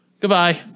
Goodbye